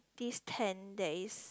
this tent there is